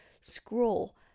scroll